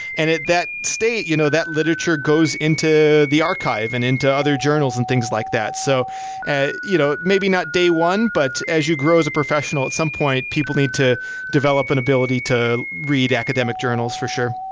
and at that state, you know that literature goes into the archive and into other journals and things like that. so you know maybe not day one, but as you grow as a professional, at some point people need to develop an ability to read academic journals for sure.